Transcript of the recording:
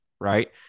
right